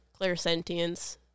clairsentience